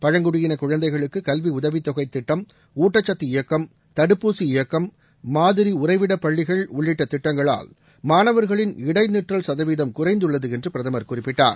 பழங்குடியின குழந்தைகளுக்கு கல்வி உதவித்தொகை திட்டம் ஊட்டச்சத்து இயக்கம் தடுப்பூசி இயக்கம் மாதிரி உறைவிடப்பள்ளிகள் உள்ளிட்ட திட்டங்களால் மாணவர்களின் இடைநிற்றல் சதவீதம் குறைந்துள்ளது என்று பிரதமர் குறிப்பிட்டார்